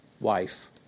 wife